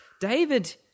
David